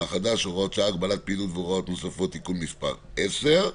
החדש (הוראת שעה) (הגבלת פעילות והוראות נוספות) (תיקון מס' 10),